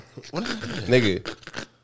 nigga